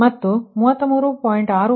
ಮತ್ತು 33